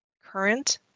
current